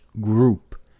group